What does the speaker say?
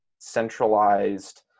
centralized